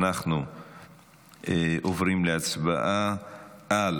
אנחנו עוברים להצבעה על